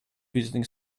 visiting